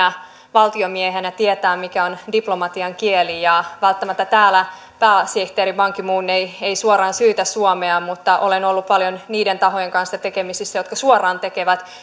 valtiomiehenä olleena tietää mitä on diplomatian kieli välttämättä täällä pääsihteeri ban ki moon ei ei suoraan syytä suomea mutta olen ollut paljon niiden tahojen kanssa tekemisissä jotka suoraan tekevät